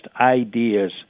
ideas